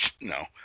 No